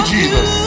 Jesus